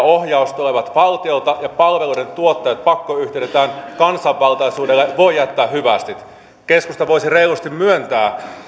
ohjaus tulevat valtiolta ja palveluiden tuottajat pakkoyhtiöitetään kansanvaltaisuudelle voi jättää hyvästit keskusta voisi reilusti myöntää